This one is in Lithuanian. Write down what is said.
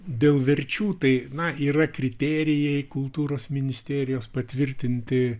dėl verčių tai na yra kriterijai kultūros ministerijos patvirtinti